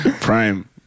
Prime